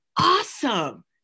awesome